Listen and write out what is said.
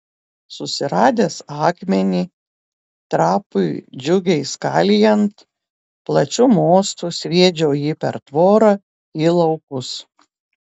susiradęs akmenį trapui džiugiai skalijant plačiu mostu sviedžiau jį per tvorą į laukus